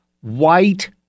white